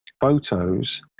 photos